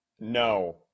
No